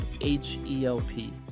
H-E-L-P